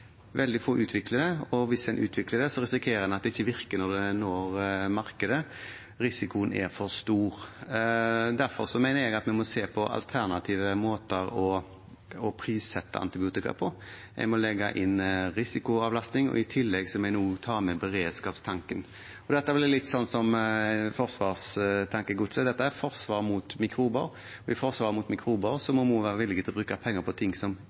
det ikke virker når det når markedet. Risikoen er for stor. Derfor mener jeg at vi må se på alternative måter å prissette antibiotika på. En må legge inn risikoavlastning, og i tillegg må en ta med beredskapstanken. Det blir litt sånn som forsvarstankegodset. Dette er forsvar mot mikrober, og i forsvaret mot mikrober må vi også være villige til å bruke penger på ting som